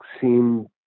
seem